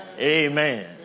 Amen